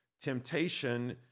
Temptation